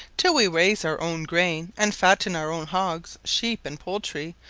till we raise our own grain and fatten our own hogs, sheep, and poultry,